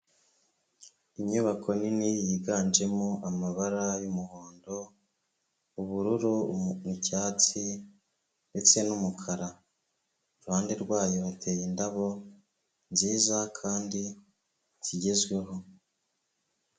Inyubako nini yiganjemo amabara y'umuhondo ubururu icyatsi ndetse n'umukara, iruhande rwayo hateye indabo nziza kandi zigezweho.